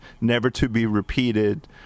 never-to-be-repeated